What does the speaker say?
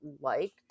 liked